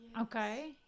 Okay